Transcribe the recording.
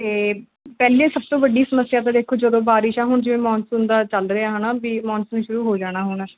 ਅਤੇ ਪਹਿਲੇ ਸਭ ਤੋਂ ਵੱਡੀ ਸਮੱਸਿਆ ਤਾਂ ਦੇਖੋ ਜਦੋਂ ਬਾਰਿਸ਼ਾਂ ਹੋਣ ਜਿਵੇਂ ਮਾਨਸੂਨ ਦਾ ਚੱਲ ਰਿਹਾ ਹੈ ਨਾ ਵੀ ਮਾਨਸੂਨ ਸ਼ੁਰੂ ਹੋ ਜਾਣਾ ਹੁਣ